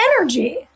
energy